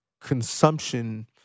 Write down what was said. consumption